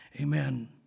Amen